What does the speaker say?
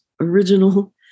original